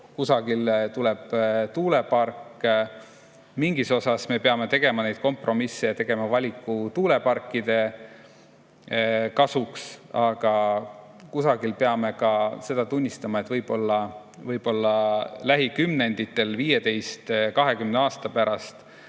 kuhugi tuleb tuulepark. Mingis osas me peame tegema kompromisse ja tegema valiku tuuleparkide kasuks, aga kuskil peame ka tunnistama, et võib-olla lähikümnenditel, 15–20 aasta pärast